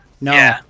No